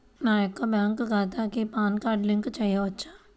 నా యొక్క బ్యాంక్ ఖాతాకి పాన్ కార్డ్ లింక్ చేయవచ్చా?